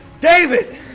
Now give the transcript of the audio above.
David